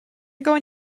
going